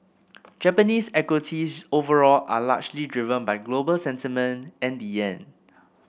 Japanese equities overall are largely driven by global sentiment and the yen